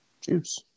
Juice